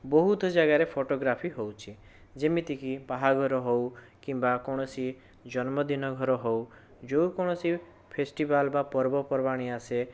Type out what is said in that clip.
ବହୁତ ଜାଗାରେ ଫଟୋଗ୍ରାଫି ହେଉଛି ଯେମିତି କି ବାହାଘର ହେଉ କିମ୍ବା କୌଣସି ଜନ୍ମଦିନ ଘର ହେଉ ଯେକୌଣସି ଫେଷ୍ଟିଭାଲ ବା ପର୍ବ ପର୍ବାଣୀ ଆସେ